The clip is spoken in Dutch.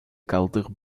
kelder